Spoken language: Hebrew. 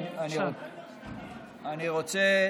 אנחנו,